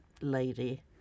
lady